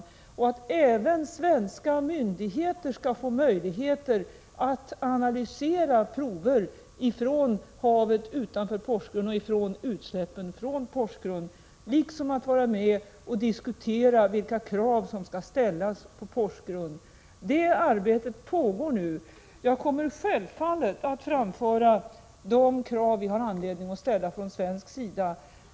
Vi kom också överens om att även svenska myndigheter skall få möjligheter att analysera prover från havet utanför Porsgrunn och utsläppen därifrån liksom att vara med och diskutera vilka krav som skall ställas på Porsgrunn. Det arbetet pågår nu. Jag kommer självfallet att framföra de krav vi har anledning att ställa från svensk sida.